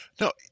no